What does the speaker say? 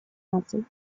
наций